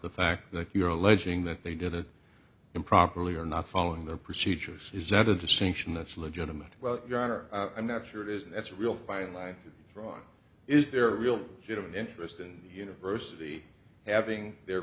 the fact that you're alleging that they did it improperly or not following their procedures is that a distinction that's legitimate well your honor i'm not sure it is and that's a real fine line from is there a real general interest in university having their